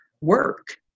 work